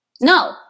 no